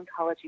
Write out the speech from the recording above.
oncology